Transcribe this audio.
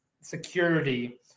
security